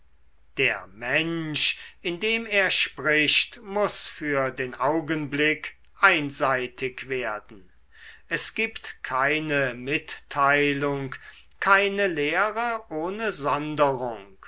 der mensch indem er spricht muß für den augenblick einseitig werden es gibt keine mitteilung keine lehre ohne sonderung